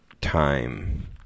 time